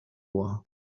war